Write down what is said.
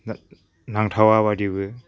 नांथावा बादिबो